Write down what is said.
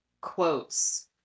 quotes